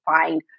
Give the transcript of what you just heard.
find